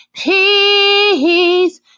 peace